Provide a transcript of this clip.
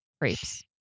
crepes